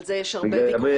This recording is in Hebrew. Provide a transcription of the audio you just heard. על זה יש הרבה ויכוחים.